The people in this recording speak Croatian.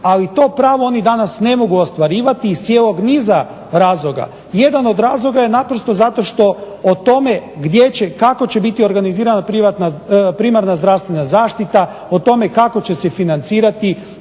Ali to svoje pravo oni danas ne mogu ostvarivati iz cijelog niza razloga. Jedan od razloga naprosto zato što o tome gdje će, kako će biti organizirana primarna zdravstvena zaštita, o tome kako će se financirati,